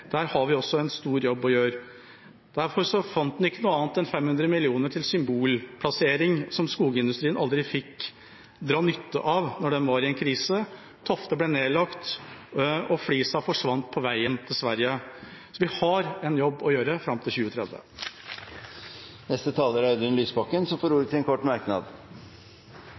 Der har vi også en stor jobb å gjøre. Derfor fant en ikke noe annet enn 500 mill. kr til symbolplassering, som skogindustrien aldri fikk dra nytte av da den var i en krise. Tofte ble nedlagt, og flisa forsvant på veien til Sverige. Så vi har en jobb å gjøre fram til 2030. Representanten Audun Lysbakken har hatt ordet to ganger tidligere og får